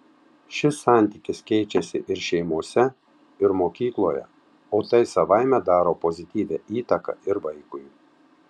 šis santykis keičiasi ir šeimose ir mokykloje o tai savaime daro pozityvią įtaką ir vaikui